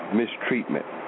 mistreatment